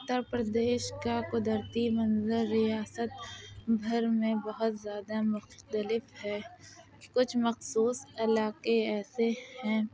اتر پردیش کا قدرتی منظر ریاست بھر میں بہت زیادہ مختلف ہے کچھ مخصوص علاقے ایسے ہیں